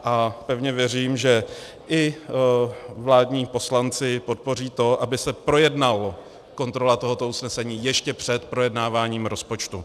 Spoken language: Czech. A pevně věřím, že i vládní poslanci podpoří to, aby se projednala kontrola tohoto usnesení ještě před projednáváním rozpočtu.